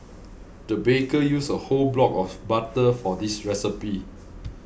the baker used a whole block of butter for this recipe